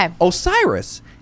Osiris